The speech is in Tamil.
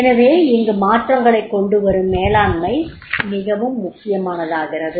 எனவே இங்கு மாற்றங்களைக் கொண்டுவரும் மேலாண்மை மிகவும் முக்கியமானதாகிறது